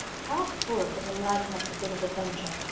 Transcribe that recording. how full such a life must have been of adventure!